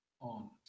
on